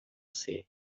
ser